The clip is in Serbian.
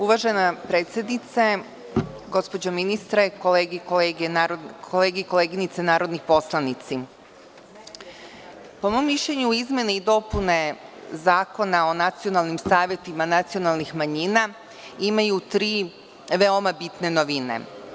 Uvažena predsednice, gospođo ministre, kolege i koleginice narodni poslanici, po mom mišljenju izmene i dopune Zakona o nacionalnim savetima nacionalnih manjina imaju tri veoma bitne novine.